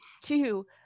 two